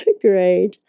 Great